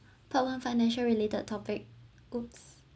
part one financial related topic !oops!